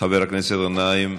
חבר הכנסת גנאים,